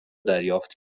دریافت